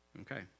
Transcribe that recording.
Okay